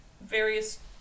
various